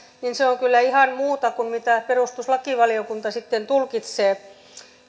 ovat kyllä ihan muuta kuin mitä perustuslakivaliokunta sitten tulkitsee